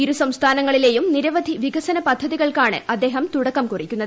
ഇരു സംസ്ഥാനങ്ങളിലേയും നിരവധി വികസന് പദ്ധതികൾക്കാണ് അദ്ദേഹം തുടക്കം കുറിക്കുന്നത്